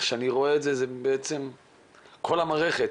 זה בעצם כל המערכת,